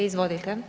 Izvolite.